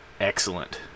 excellent